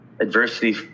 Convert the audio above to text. adversity